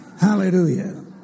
Hallelujah